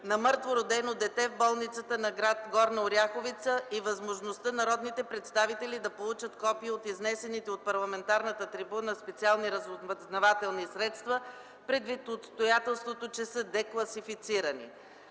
на мъртвородено дете в болницата на гр. Горна Оряховица и възможността народните представители да получат копие от изнесените пред парламентарната трибуна специални разузнавателни средства, предвид обстоятелството че са декласифицирани.